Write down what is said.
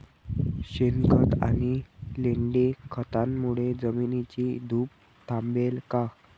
शेणखत आणि लेंडी खतांमुळे जमिनीची धूप थांबेल का?